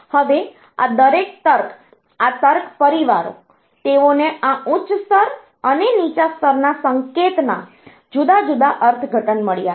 હવે આ દરેક તર્ક આ તર્ક પરિવારો તેઓને આ ઉચ્ચ સ્તર અને નીચા સ્તરના સંકેતના જુદા જુદા અર્થઘટન મળ્યા છે